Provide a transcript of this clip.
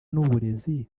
n’uburezi